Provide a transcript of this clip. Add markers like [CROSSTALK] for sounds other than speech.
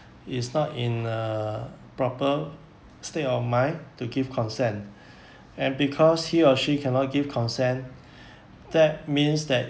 is not in a proper state of mind to give consent [BREATH] and because he or she cannot give consent [BREATH] that means that